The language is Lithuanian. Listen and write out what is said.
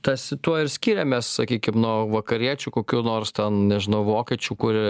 tas tuo ir skiriamės sakykim nuo vakariečių kokių nors ten nežinau vokiečių kur